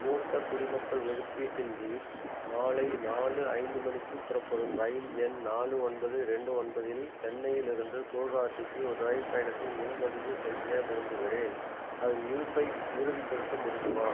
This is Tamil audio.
மூத்தக் குடிமக்கள் ஒதுக்கீட்டின் கீழ் மாலை நாலு ஐந்து மணிக்குப் புறப்படும் ரயில் எண் நாலு ஒன்பது ரெண்டு ஒன்பதில் சென்னையிலிருந்து கவுஹாத்திக்கு ஒரு ரயில் பயணத்தை முன்பதிவு செய்ய விரும்புகிறேன் அதன் இருப்பை உறுதிப்படுத்த முடியுமா